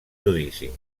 judici